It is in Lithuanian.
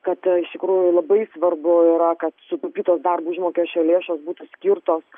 kad iš tikrųjų labai svarbu yra kad sutaupytos darbo užmokesčio lėšos būtų skirtos